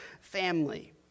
family